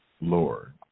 Lord